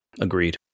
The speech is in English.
agreed